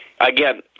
Again